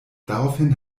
daraufhin